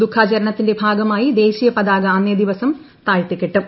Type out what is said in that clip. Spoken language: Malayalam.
ദുഃഖാചരണത്തിന്റെ ഭാഗമായി ദേശീയ പതാക അന്നേ ദിവസം താഴ്ത്തിക്കെട്ടും